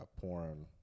porn